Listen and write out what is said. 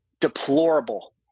deplorable